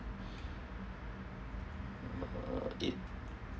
uh it